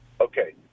Okay